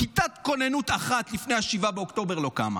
כיתת כוננות אחת לפני 7 באוקטובר לא קמה.